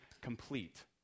complete